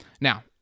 Now